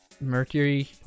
Mercury